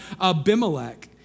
Abimelech